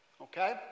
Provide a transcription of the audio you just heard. okay